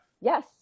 Yes